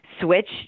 switch